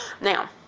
now